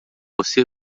você